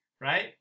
right